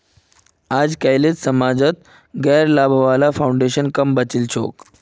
अजकालित समाजत गैर लाभा वाला फाउन्डेशन क म बचिल छोक